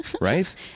Right